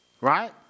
right